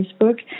facebook